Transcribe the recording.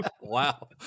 Wow